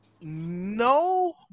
No